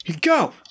go